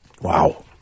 Wow